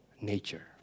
nature